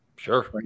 Sure